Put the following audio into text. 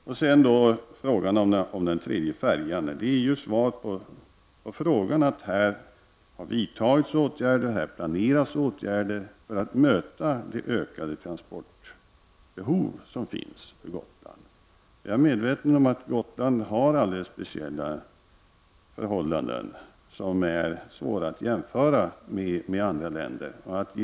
När det gäller den tredje färjan har det vidtagits åtgärder, och åtgärder planeras för att möta det ökade transportbehov som finns beträffande Gotland. Jag är medveten om att Gotland har alldeles speciella förhållanden som är svåra att jämföra med andra läns förhållanden.